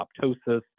apoptosis